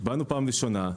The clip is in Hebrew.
באנו פעם ראשונה.